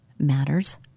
matters